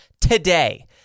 today